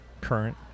current